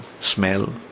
smell